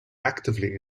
actively